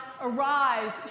Arise